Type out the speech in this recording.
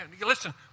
listen